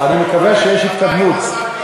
אני מקווה שיש התקדמות.